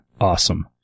awesome